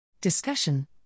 Discussion